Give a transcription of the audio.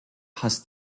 has